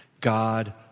God